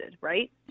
right